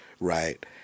Right